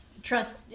Trust